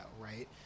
right